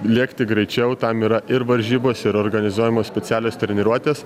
lėkti greičiau tam yra ir varžybos ir organizuojamos specialios treniruotės